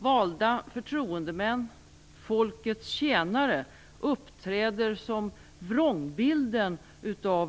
Valda förtroendemän, folkets tjänare, uppträder som vrångbilden av ...